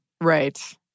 Right